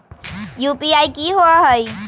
UPI कि होअ हई?